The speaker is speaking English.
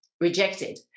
rejected